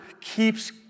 keeps